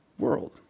world